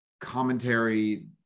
commentary